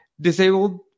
disabled